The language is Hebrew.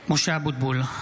(קורא בשמות חברי הכנסת) משה אבוטבול,